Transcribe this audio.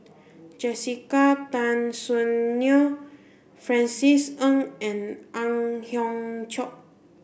Jessica Tan Soon Neo Francis Ng and Ang Hiong Chiok